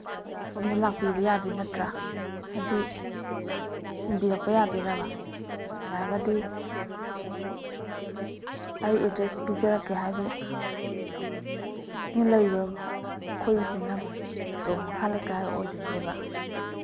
ꯁꯣꯝꯗ ꯂꯥꯛꯄꯤꯕ ꯌꯥꯗꯣꯏ ꯅꯠꯇ꯭ꯔꯥ ꯍꯥꯏꯗꯤ ꯊꯤꯟꯕꯤꯔꯛꯄ ꯌꯥꯗꯣꯏꯔꯥꯕ ꯌꯥꯔꯒꯗꯤ ꯑꯩ ꯑꯦꯗ꯭ꯔꯦꯁ ꯄꯤꯖꯔꯛꯀꯦ ꯍꯥꯏꯗꯤ ꯑꯩꯅ ꯂꯩꯔꯤꯕ ꯑꯩꯈꯣꯏꯁꯤꯅ ꯇꯣꯞ ꯃꯈꯥ ꯂꯩꯀꯥꯏ ꯑꯣꯏꯗꯣꯏꯅꯦꯕ